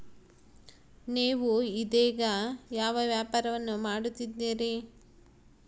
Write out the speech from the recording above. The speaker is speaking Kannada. ನೇವು ಇದೇಗ ಯಾವ ವ್ಯಾಪಾರವನ್ನು ಮಾಡುತ್ತಿದ್ದೇರಿ?